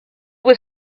was